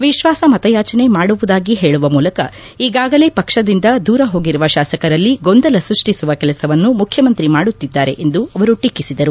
ವಿಶ್ವಾಸ ಮತಯಾಚನೆ ಮಾಡುವುದಾಗಿ ಹೇಳುವ ಮೂಲಕ ಈಗಾಗಲೇ ಪಕ್ಷದಿಂದ ದೂರ ಹೋಗಿರುವ ಶಾಸಕರಲ್ಲಿ ಗೊಂದಲ ಸೃಷ್ಠಿಸುವ ಕೆಲಸವನ್ನು ಮುಖ್ಚಮಂತ್ರಿ ಮಾಡುತ್ತಿದ್ದಾರೆ ಎಂದು ಅವರು ಟೀಕಿಸಿದರು